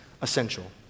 essential